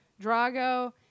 Drago